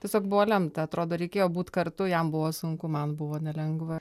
tiesiog buvo lemta atrodo reikėjo būt kartu jam buvo sunku man buvo nelengva